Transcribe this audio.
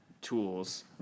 tools